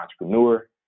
entrepreneur